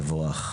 מבורך.